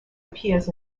appears